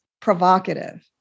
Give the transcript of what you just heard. provocative